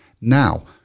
Now